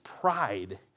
pride